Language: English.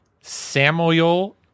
Samuel